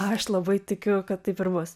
aš labai tikiu kad taip ir bus